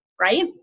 Right